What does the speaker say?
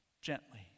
gently